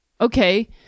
Okay